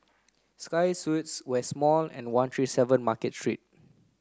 Sky Suites West Mall and one three seven Market Street